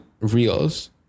reels